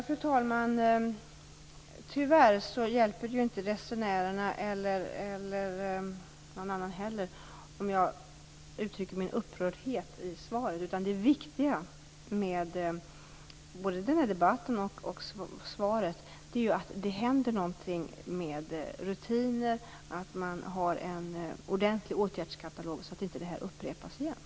Fru talman! Tyvärr hjälper det inte resenärerna eller någon annan heller om jag i svaret uttrycker min upprördhet, utan det viktiga med både den här debatten och svaret är att något händer med rutiner, att det finns en ordentlig åtgärdskatalog, så att det här inte upprepas igen.